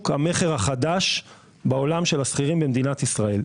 המכר החדש בעולם של השכירים במדינת ישראל.